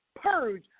purge